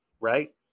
right